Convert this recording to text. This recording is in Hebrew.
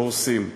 הורסים.